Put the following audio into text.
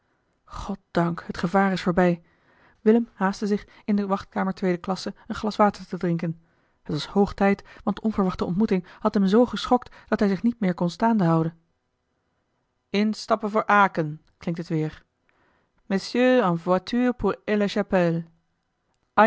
goddank het gevaar is voorbij willem haastte zich in de wachtkamer tweede klasse een glas water te drinken het was hoog tijd want de onverwachte ontmoeting had hem zoo geschokt dat hij zich niet meer kon staande houden instappen voor aken klinkt het weer messieurs en